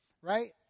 right